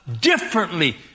differently